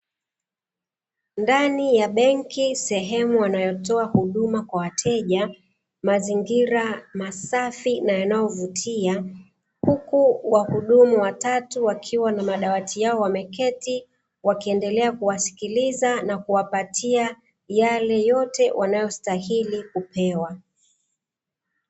Ndani ya benki sehemu wanayotoa huduma kwa wateja, mazingira masafi na yanayovutia huku wahudumu watatu wakiwa na madawati yao wameketi wakiendelea kuwasikiliza na kuwapatia yale yote wanayostahili kupewa.